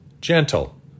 gentle